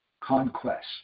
conquest